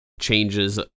changes